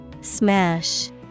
Smash